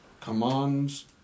commands